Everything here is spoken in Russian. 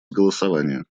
голосования